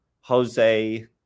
Jose